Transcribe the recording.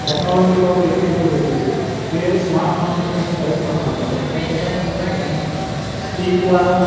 technology તો હવે એટલી હદે વધી છે કે સ્માર્ટ ફોનનો તમે ટચ પણ ના કરો તેમ છતાં તમે એને સ્પીક દ્વારા